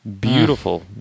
beautiful